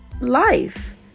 Life